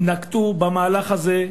נקטה את המהלך הזה,